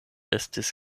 estis